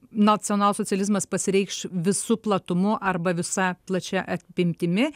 nacionalsocializmas pasireikš visu platumu arba visa plačia apimtimi